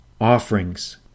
offerings